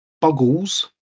buggles